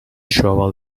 shovel